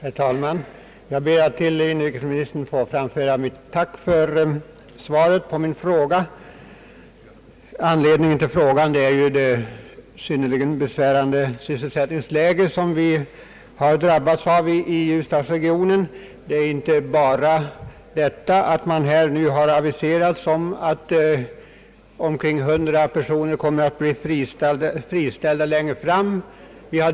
Herr talman! Jag ber att till inrikesministern få framföra ett tack för svaret på min fråga. Anledningen till denna fråga är ju det synnerligen besvärande sysselsättningsläge som har drabbat ljusdalsregionen. Därtill har aviserats att omkring 100 personer kommer att friställas längre fram.